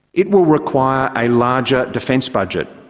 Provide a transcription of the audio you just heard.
it will require a larger defence budget.